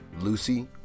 Lucy